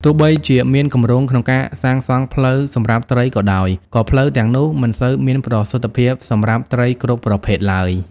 ទោះបីជាមានគម្រោងក្នុងការសាងសង់ផ្លូវសម្រាប់ត្រីក៏ដោយ ក៏ផ្លូវទាំងនោះមិនសូវមានប្រសិទ្ធភាពសម្រាប់ត្រីគ្រប់ប្រភេទឡើយ។